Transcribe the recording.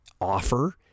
offer